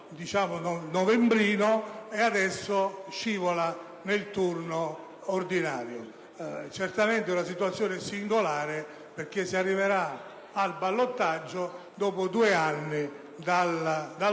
turno novembrino e adesso scivola nel turno ordinario. Certamente la situazione è singolare perché si arriverà al ballottaggio dopo due anni dal